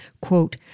quote